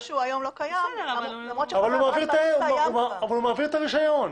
הוא מעביר את הרישיון.